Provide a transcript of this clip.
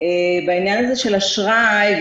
הזה של אשראי,